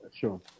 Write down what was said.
Sure